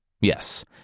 yes